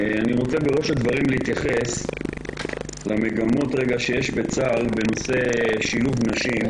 אני רוצה בראש הדברים להתייחס למגמות שיש בצה"ל בנושא שילוב נשים,